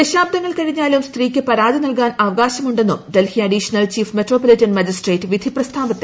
ദശാബ്നങ്ങൾ കഴിഞ്ഞാലും സ്ത്രീക്ക് പരാതി നൽകാൻ അവകാശമുണ്ടെന്നും Delhi additional chief metropolitan magistrate വിധി പ്രസ്താവത്തിൽ വ്യക്തമാക്കി